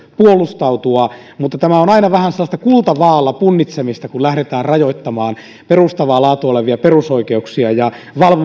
puolustautua mutta tämä on aina vähän sellaista kultavaaalla punnitsemista kun lähdetään rajoittamaan perustavaa laatua olevia perusoikeuksia valvomatonta